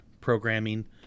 programming